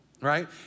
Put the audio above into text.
right